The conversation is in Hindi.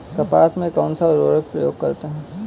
कपास में कौनसा उर्वरक प्रयोग करते हैं?